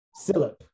Silip